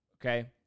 okay